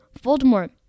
Voldemort